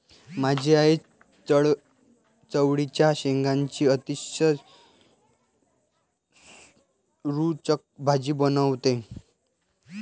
माझी आई चवळीच्या शेंगांची अतिशय रुचकर भाजी बनवते